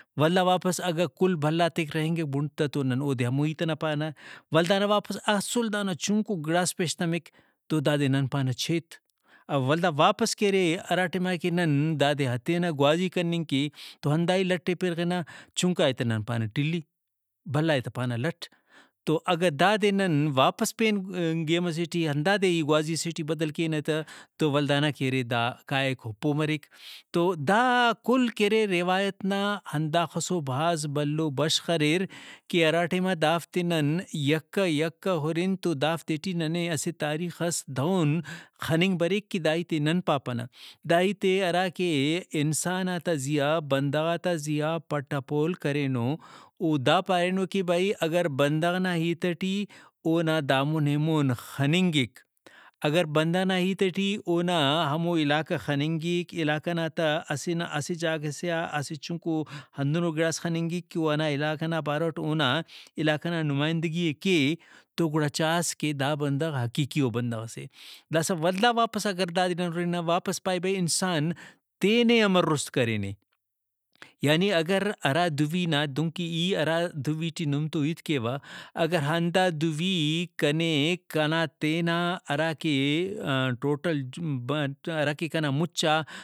ولدا واپس اگہ کل بھلا تیک رہینگک بُھنڈ تہ تو نن اودے ہمو ہیت ئنا پانہ ولدانا واپس اسل دانا چُنکو گڑاس پیشتمک تو دادے نن پانہ چیت۔ او ولدا واپس کہ ارے ہرا ٹائما کہ نن دادے ہتینہ گوازی کننگ کہ تو ہنداہی لٹ ئے نن پرغنہ چُنکائے تہ نن پانہ ٹِلی بھلائے تہ پانہ لٹ۔ تو اگہ دادے نن واپس پین گیم ئسے ٹی ہندادے ہی گوازی سے ٹی بدل کینہ تہ تو ولدانا کہ ارے دا کائک پہہ مریک تو دا کل کہ ارے روایت نا ہنداخسو بھاز بھلو بشخ اریر کہ ہراٹائما دافتے نن یکہ یکہ ہُرن تو دافتے ٹی ننے اسہ تاریخس دہن خننگ بریک کہ ہیتے نن پاپنہ داہیتے ہراکہ انساناتا زیہا بندغاتا زیہا پٹ ءَ پول کرینو او دا پارینو کہ بھئی اگر بندغ نا ہیت ٹی اونا دامون ایمون خننگک اگر بندغ نا ہیت ٹی اونا ہمو علاقہ خننگک علاقہ نا تہ اسہ نہ اسہ جاگہ سے آ اسہ چُنکو ہندنو گڑاس خننگک کہ اوہندا علاقہ نا باروٹ اونا علاقہ نا نمائندگی ئے کے تو گڑا چاس کہ دا بندغ حقیقیئو بندغ سے داسہ ولدا واپس اگر دادے نن ہُرنہ واپس پائے بھئی انسان تینے امر رُست کرینے۔ یعنی اگر ہرا دُوی نا دُنکہ ای ہرا دُوی ٹی نم تو ہیت کیوہ اگر ہندا دُوی کنے کنا تینا ہراکہ ٹوٹل ہراکہ کنا مُچا